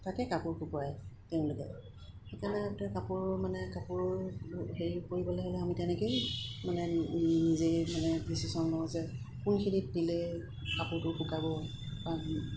তাতে কাপোৰ শুকুৱাই তেওঁলোকে সেইকাৰণে কাপোৰ মানে কাপোৰ হেৰি কৰিবলৈ হ'লে আমি তেনেকৈয়ে মানে নিজেই মানে ডিচিশ্যন লওঁ যে কোনখিনিত দিলে কাপোৰটো শুকাব বা